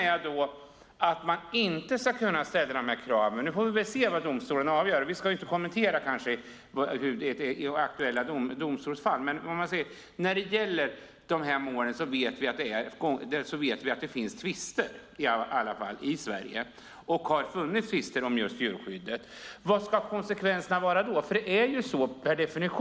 Vi får se vilket avgörande domstolen gör, och vi ska kanske inte kommentera aktuella domstolsfall. Men när det gäller de här målen vet vi att det i Sverige finns och har funnits tvister om just djurskyddet. Om man inte kan ställa de här kraven, vilka konsekvenser blir det då?